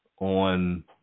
on